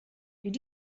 did